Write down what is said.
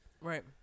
Right